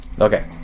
Okay